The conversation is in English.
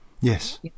Yes